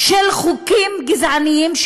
של חוקים גזעניים,